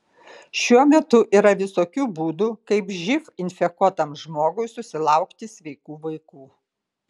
šiuo metu yra visokių būdų kaip živ infekuotam žmogui susilaukti sveikų vaikų